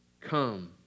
Come